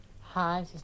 hi